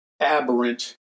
aberrant